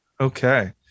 okay